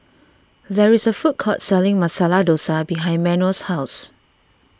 there is a food court selling Masala Dosa behind Manuel's house